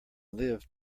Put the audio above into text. live